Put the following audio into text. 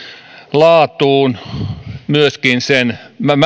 laatuun kuin myöskin sen